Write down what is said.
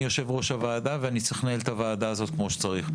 אני יושב-ראש הוועדה ואני צריך לנהל את הוועדה הזו כמו שצריך.